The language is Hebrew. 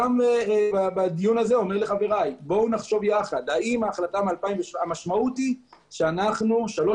גם בדיון הזה אני אומר לחבריי המשמעות היא שאנחנו שלוש